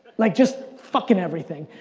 like just, fuckin' everything.